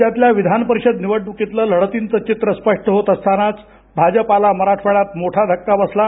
राज्यातल्या विधानपरिषद निवडणुकीतलं लढतींचं चित्र स्पष्ट होत असतानाच भाजपाला मराठवाड्यात मोठा धक्का बसला आहे